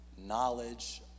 Knowledge